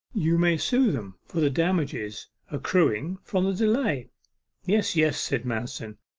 you may sue them for the damages accruing from the delay yes, yes said manston,